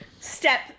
step